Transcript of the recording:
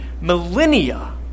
millennia